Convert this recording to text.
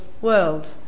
world